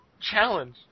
challenge